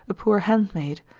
a poor handmaid,